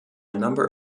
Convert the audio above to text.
number